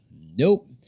Nope